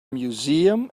museum